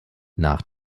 nach